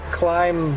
climb